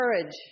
courage